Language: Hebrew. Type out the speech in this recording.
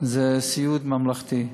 זה סיעוד ממלכתי.